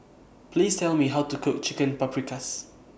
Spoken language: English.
Please Tell Me How to Cook Chicken Paprikas